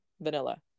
vanilla